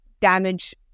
damage